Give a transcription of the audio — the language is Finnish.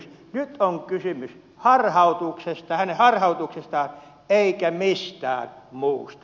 nyt on kysymys harhautuksesta hänen harhautuksestaan eikä mistään muusta